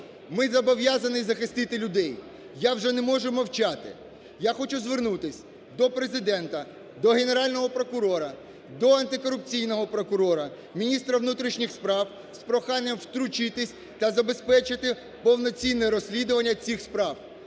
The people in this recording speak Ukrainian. Ми зобов'язані захистити людей. Я вже не можу мовчати. Я хочу звернутись до Президента, до Генерального прокурора, до антикорупційного прокурора, міністра внутрішніх справ з проханням втрутитись та забезпечити повноцінне розслідування цих справ.